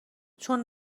چون